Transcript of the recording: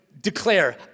declare